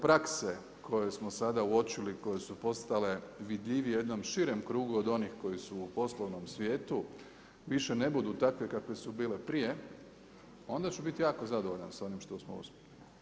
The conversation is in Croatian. prakse koje smo sada uočili, koje su postale vidljivije jednom širem krugu od onih koje su u poslovnom svijetu više ne budu takve kakve su bile prije, onda ću biti jako zadovoljan sa onim što smo uspjeli.